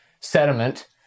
sediment